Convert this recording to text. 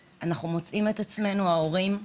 אנחנו, ההורים,